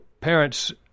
parents